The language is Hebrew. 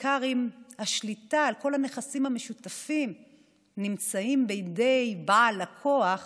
ובעיקר אם השליטה על כל הנכסים המשותפים נמצאת בידי בעל הכוח